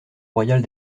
royale